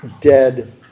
Dead